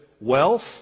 wealth